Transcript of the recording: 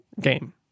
game